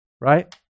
Right